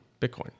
Bitcoin